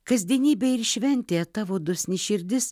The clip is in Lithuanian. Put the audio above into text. kasdienybė ir šventėje tavo dosni širdis